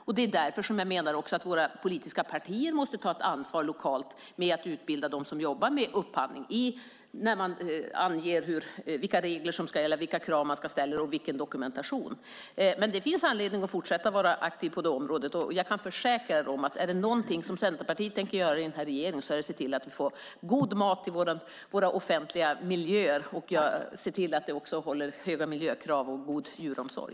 Det är också därför som jag menar att våra politiska partier måste ta ett ansvar med att utbilda dem som jobbar med upphandling i vilka regler som ska gälla, vilka krav man ska ställa och vilken dokumentation som ska finnas. Det finns anledning att fortsätta att vara aktiv på det området. Jag kan försäkra er om att är det någonting som Centerpartiet tänker göra i den här regeringen är det att se till att vi får god mat i våra offentliga miljöer och se till att det också är höga miljökrav och god djuromsorg.